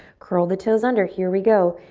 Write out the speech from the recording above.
curl the toes under, here we go.